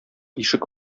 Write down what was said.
ишек